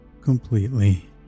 completely